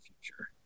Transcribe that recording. future